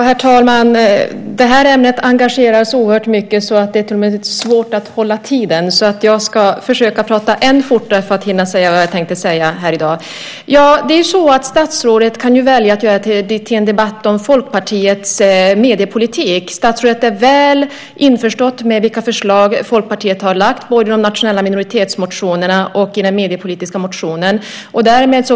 Herr talman! Det här ämnet engagerar så oerhört mycket att det till och med är svårt att hålla talartiden. Jag ska försöka att prata än fortare för att hinna säga vad jag tänkte säga här i dag. Statsrådet kan välja att göra detta till en debatt om Folkpartiets mediepolitik. Statsrådet är väl införstått med vilka förslag som Folkpartiet har lagt fram både i motionerna om de nationella minoriteterna och i den mediepolitiska motionen.